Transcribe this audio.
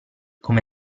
come